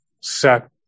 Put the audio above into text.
set